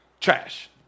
trash